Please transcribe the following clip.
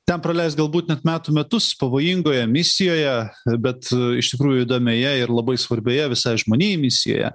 ten praleist galbūt net metų metus pavojingoje misijoje bet iš tikrųjų įdomioje ir labai svarbioje visai žmonijai misijoje